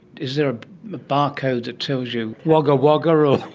is there a barcode tells you wagga wagga or